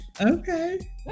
Okay